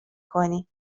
کنی